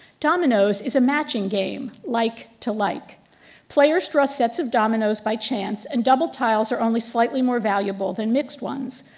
dominos is a matching game, like like-to-like, like players draw sets of dominoes by chance, and double tiles are only slightly more valuable than mixed ones,